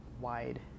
wide